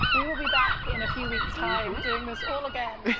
we il be back in a few week's time doing this all again.